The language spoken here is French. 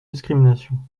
discrimination